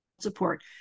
Support